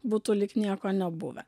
būtų lyg nieko nebuvę